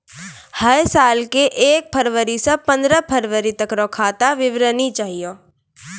है साल के एक फरवरी से पंद्रह फरवरी तक रो खाता विवरणी चाहियो